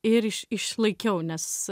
ir iš išlaikiau nes